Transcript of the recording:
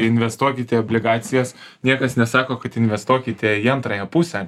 investuokite į obligacijas niekas nesako kad investuokite į antrąją pusę